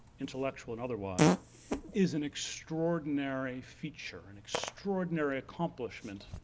intellectual and otherwise is an extraordinary feature, an extraordinary accomplishment